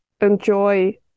enjoy